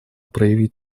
проявить